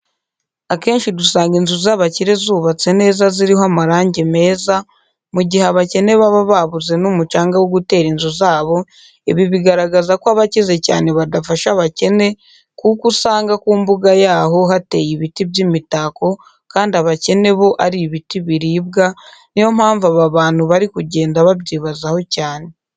Akenshi dusanga inzu z'abakire zubatse neza ziriho amarange meza, mu gihe abakene baba babuze n'umucanga wo gutera inzu zabo, ibi bigaragaza ko abakize cyane badafasha abakene kuko usanga ku mbuga yaho hateye ibiti by'imitako kandi abakene bo ari ibiti biribwa, niyo mpamvu aba bantu bari kugenda babyibazaho cyane.